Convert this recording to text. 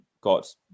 got